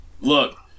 Look